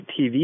TV